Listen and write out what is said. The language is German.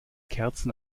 kerzen